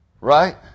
Right